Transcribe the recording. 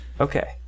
Okay